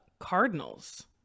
cardinals